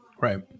Right